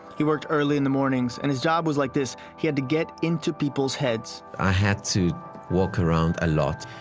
he worked early in the mornings and his job is like this he had to get into people's heads. i had to walk around a lot,